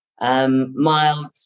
Mild